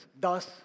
Thus